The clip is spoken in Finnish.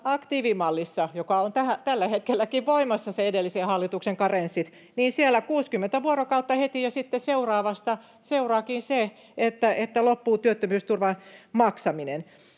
aktiivimallissa, joka on tällä hetkelläkin voimassa, edellisen hallituksen karenssit, niin siellä tulee 60 vuorokautta heti ja sitten seuraavasta seuraakin se, että loppuu työttömyysturvan maksaminen.